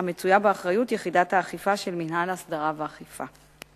המצויה באחריות יחידת האכיפה של מינהל הסדרה ואכיפה.